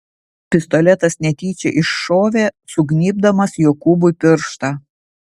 pistoletas netyčia iššovė sugnybdamas jokūbui pirštą